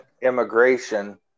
immigration